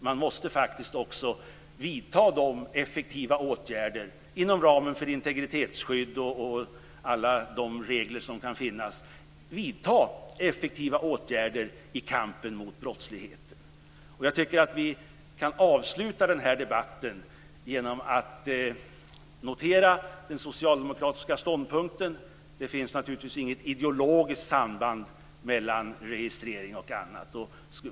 Man måste faktiskt också vidta de effektiva åtgärder som finns inom ramen för integritetsskydd och alla regler i kampen mot brottsligheten. Jag tycker att vi kan avsluta debatten genom att notera den socialdemokratiska ståndpunkten. Det finns naturligtvis inget ideologiskt samband mellan socialdemokratin och t.ex. registrering.